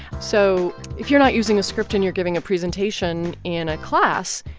so if you're not using a script and you're giving a presentation in a class,